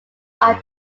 are